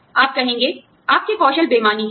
आप कहेंगे आपके कौशल बेमानी हैं